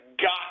got